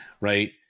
Right